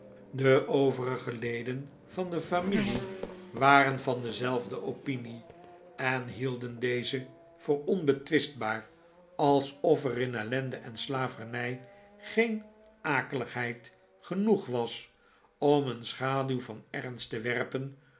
de overige leden van de familie waren van dezelfde opinie en hielden deze voor onbetwistbaar alsof er in ellende en slavernij geen akeligheid genoeg was om een schaduw van ernst te werpen